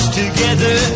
Together